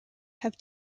have